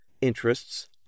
interests